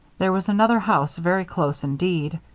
there was another house very close indeed.